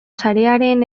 sarearen